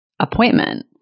appointment